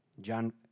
John